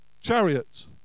chariots